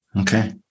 Okay